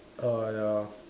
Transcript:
err ya